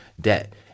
debt